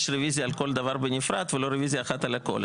רביזיה על כל דבר בנפרד ולא רביזיה אחת על הכל.